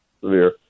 severe